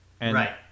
Right